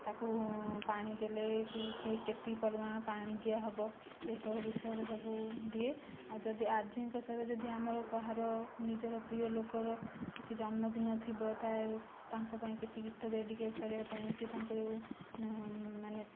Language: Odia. ତାକୁ ପାଣି ଦେଲେ କେତିକି ପରିମାଣରେ ପାଣି ଦିଆହେବ ଏସବୁ ବିଷୟରେ ସବୁ ଦିଏ ଆଉ ଯଦି ଆର୍ଜେଙ୍କ ସହିତ ଯଦି ଆମର କାହାର ନିଜର ପ୍ରିୟ ଲୋକର କିଛି ଜନ୍ମଦିନ ଥିବ ତା' ତାଙ୍କ ପାଇଁ କିଛି ଗୀତ ଡେଡିକେଟ୍ କରିବା ପାଇଁ କି ତାଙ୍କୁ ମାନେ